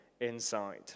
inside